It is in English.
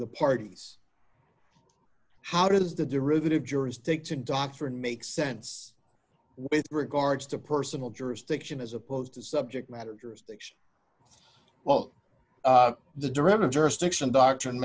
the parties how does the derivative jurisdiction doctrine make sense with regards to personal jurisdiction as opposed to subject matter jurisdiction well the derivative jurisdiction doctrine